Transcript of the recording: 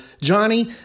Johnny